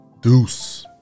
Deuce